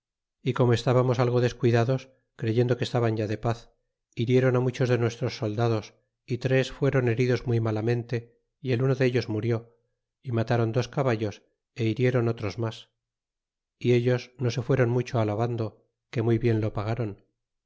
y como estbamos algo descuidados creyendo que estaban ya de paz hirieron muchos de nuestros soldados y tres fueron heridos muy malamente y el uno dellos murió y matron dos caballos y hirieron otros mas e ellos no se fitéron nutcho alabando que muybien lo pagron